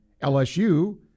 LSU